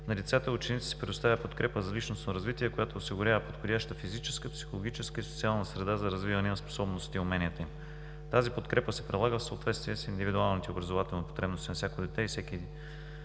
На децата и учениците се предоставя подкрепа за личностно развитие, която осигурява подходяща физическа, психологическа и социална среда за развиване на способностите и уменията им. Тази подкрепа се прилага в съответствие с индивидуалните образователни потребности на всяко дете и всеки